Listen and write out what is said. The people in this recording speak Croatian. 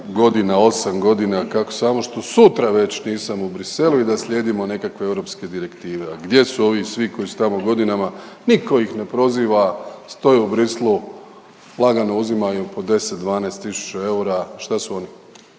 godina, osam godina kako samo što sutra već nisam u Bruxellesu i da slijedimo nekakve europske direktive. A gdje su ovi svi koji su tamo godinama nitko ih ne proziva, stoje u Bruxellesu, lagano uzimaju po 10, 12000 eura. Šta su oni?